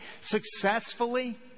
successfully